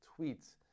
tweets